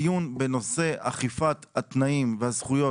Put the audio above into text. הדיון בנושא אכיפת התנאים והזכויות